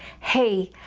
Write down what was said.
hey,